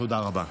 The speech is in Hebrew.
תודה רבה.